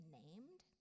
named